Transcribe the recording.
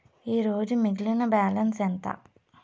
ఈరోజు మిగిలిన బ్యాలెన్స్ ఎంత?